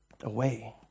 away